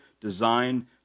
designed